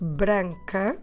branca